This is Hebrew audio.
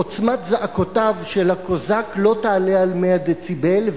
עוצמת צעקותיו של הקוזק לא תעלה על 100 דציבל,